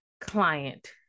client